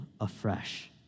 afresh